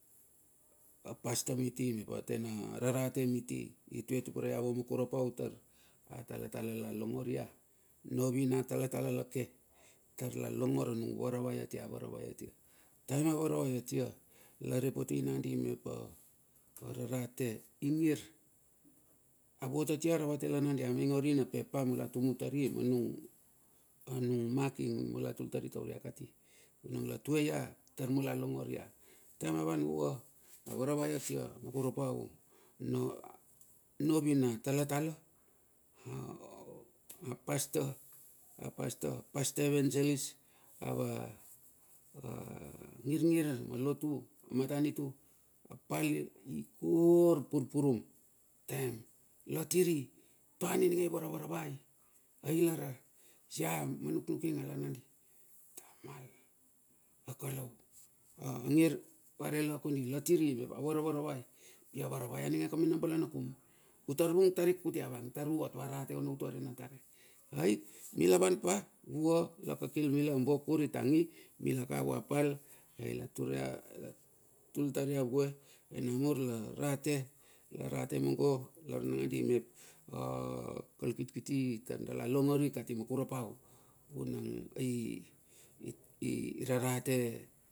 A pasta miti, mepa tena rarate miti tupere ia vua makurapau tar a talatala la longor ia. Novi na talatala lake tar la longor nung varavai atia a varavai atia. Taem a varavai atia, lare potei nandi mep ararate ingiavot atia aravate la nandi, amainge orina pepa mula tumu tari manung mak ing mula tul tari taur ia kati vunang la tue ia tar mula longor ia. Taem a van vua, avaravai atia makurapau, novi na talatala, a pasta. Pasta, pasta evangelist ava ngirngir ma lotu, a matanitu, apal ie e kor pur purum, latiri toan ininge i varavaravai? Ailar ia ma nuknuking a lar nandi, angir vare la kondi latiri me a varavaravai pi avaravai aninge ka mena bala nakum. Utar vung tari kuti avang, tar uot va rate ono utua re na tare. Ai milavan pa vua la kakil mila ambuakur itang, mila ka vua pal. Ai la rate tule tar ia vue, ai namur la rate la rate mungo lar mangandi mep a kalkiti tar dala longori kati makurapau.